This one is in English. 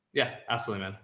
yeah, absolutely,